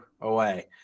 away